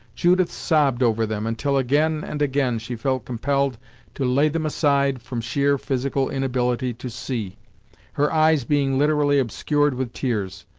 judith sobbed over them, until again and again she felt compelled to lay them aside from sheer physical inability to see her eyes being literally obscured with tears.